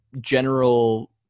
general